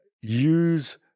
use